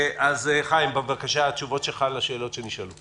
חיים ביבס, בבקשה, תשובות שלך לשאלות שנשאלו.